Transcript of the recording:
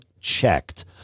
checked